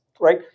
right